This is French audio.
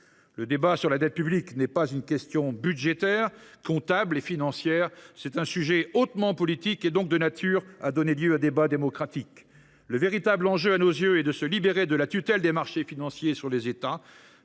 Le débat sur la dette publique n’est pas une question budgétaire, comptable et financière ; c’est un sujet hautement politique qui est donc de nature à donner lieu à débat démocratique. Le véritable enjeu, à nos yeux, est de se libérer de la tutelle des marchés financiers sur les États.